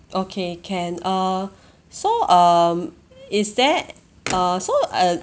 okay can uh so um is there uh so uh